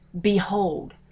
Behold